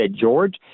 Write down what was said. George